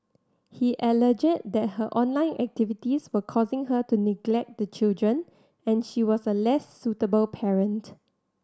he alleged that her online activities were causing her to neglect the children and she was a less suitable parent